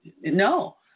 No